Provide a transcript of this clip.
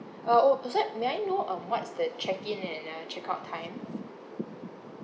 oh oh beside may I know um what's the check in and ah checkout time